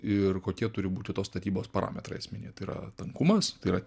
ir kokie turi būti tos statybos parametrai esminiai tai yra tankumas tai yra